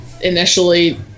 initially